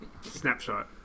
Snapshot